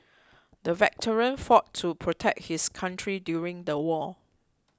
the veteran fought to protect his country during the war